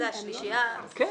כן.